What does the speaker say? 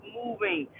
moving